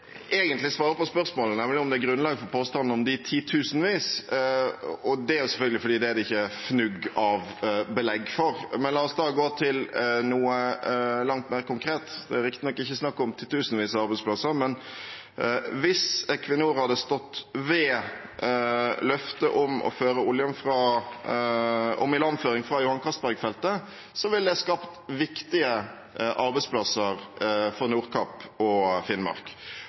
egentlig svarer på spørsmålene om det er grunnlag for påstanden om de titusenvis, og det er selvfølgelig fordi det ikke er fnugg av belegg for dem. La oss gå til noe langt mer konkret. Det er riktignok ikke snakk om titusenvis av arbeidsplasser, men hvis Equinor hadde stått ved løftet om ilandføring fra Johan Castberg-feltet, ville det skapt viktige arbeidsplasser for Nordkapp og Finnmark.